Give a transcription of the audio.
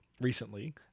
recently